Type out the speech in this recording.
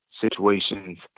situations